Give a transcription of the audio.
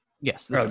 Yes